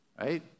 right